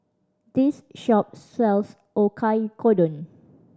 this shop sells Oyakodon